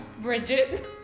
Bridget